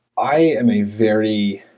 i am a very